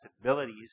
abilities